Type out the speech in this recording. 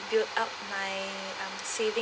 build up my um saving